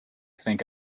think